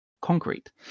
concrete